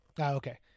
Okay